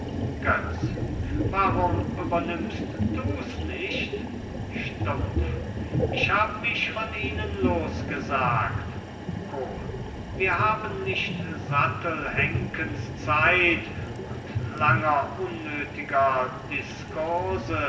götz warum übernimmst du's nicht stumpf ich hab mich von ihnen losgesagt kohl wir haben nicht sattelhenkens zeit und langer unnötiger